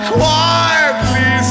quietly